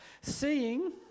Seeing